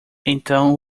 então